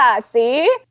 see